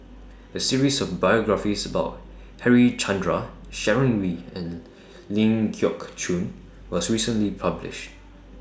A series of biographies about Harichandra Sharon Wee and Ling Geok Choon was recently published